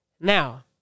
Now